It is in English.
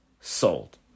sold